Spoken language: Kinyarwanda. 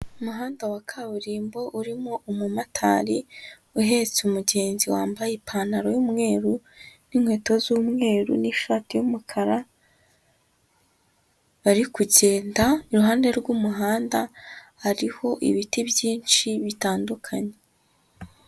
Umuhanda wa kaburimbo urimo umumotari uhetse umugenzi wambaye ipantaro y'umweru n'inkweto z'umweru n'ishati y'umukara bari kugenda iruhande rw'umuhanda, hariho ibiti byinshi bitandukanye.